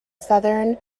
southern